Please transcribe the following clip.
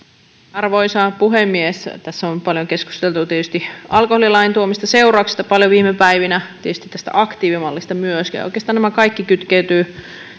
arvoisa puhemies tässä on paljon keskusteltu tietysti alkoholilain tuomista seurauksista viime päivinä tietysti tästä aktiivimallista myöskin ja oikeastaan nämä kaikki kytkeytyvät